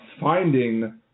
finding